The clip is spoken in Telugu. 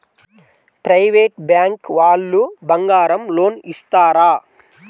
ప్రైవేట్ బ్యాంకు వాళ్ళు బంగారం లోన్ ఇస్తారా?